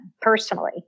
personally